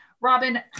Robin